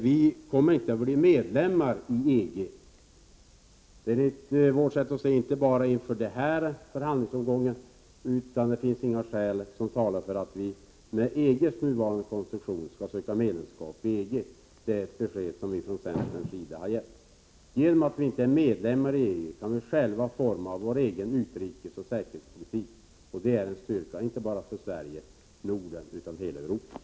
Vi kommer inte att bli medlemmar i EG. Detta gäller enligt vårt sätt att se inte bara inför denna förhandlingsomgång. Det finns över huvud taget inget skäl som talar för att vi med EG:s nuvarande konstruktion skall söka medlemskap i organisationen. Detta är det besked som vi från centern har givit. Genom att vi inte är medlemmar i EG kan vi själva forma vår utrikesoch säkerhetspolitik, och det är en styrka — inte bara för Sverige och Norden, utan för hela Europa.